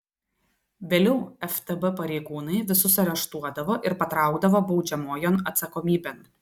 vėliau ftb pareigūnai visus areštuodavo ir patraukdavo baudžiamojon atsakomybėn